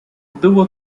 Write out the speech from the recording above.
było